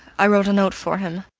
i wrote a note for him.